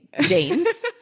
jeans